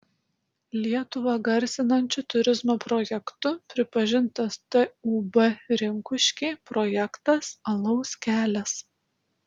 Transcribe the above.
lietuvą garsinančiu turizmo projektu pripažintas tūb rinkuškiai projektas alaus kelias